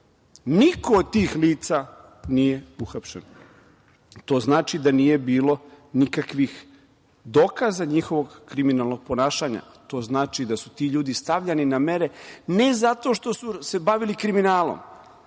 ide. Niko od tih lica nije uhapšen. To znači da nije bilo nikakvih dokaza njihovog kriminalnog ponašanja. To znači da su ti ljudi stavljani na mere ne zato što su se bavili kriminalom,